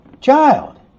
Child